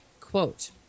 Quote